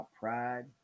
pride